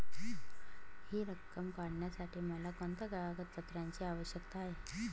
हि रक्कम काढण्यासाठी मला कोणत्या कागदपत्रांची आवश्यकता आहे?